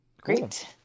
Great